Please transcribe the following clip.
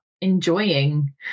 enjoying